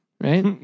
right